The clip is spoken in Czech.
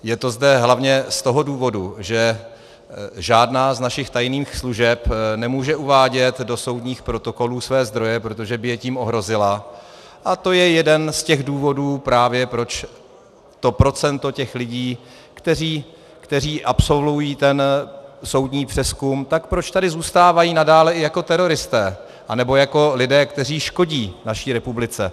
Je to zde hlavně z toho důvodu, že žádná z našich tajných služeb nemůže uvádět do soudních protokolů své zdroje, protože by je tím ohrozila, a to je jeden z těch důvodů právě, proč to procento těch lidí, kteří absolvují ten soudní přezkum, tak proč tady zůstávají nadále i jako teroristé anebo jako lidé, kteří škodí naší republice.